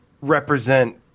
represent